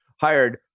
hired